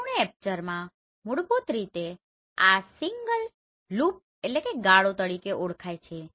સંપૂર્ણ એપર્ચરમાં મૂળભૂત રીતે આ સિંગલ લૂપloopગાળો તરીકે ઓળખાય છે